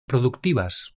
productivas